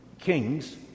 kings